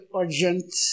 urgent